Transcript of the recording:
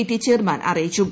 T chairman അറിയിച്ചു